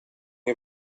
che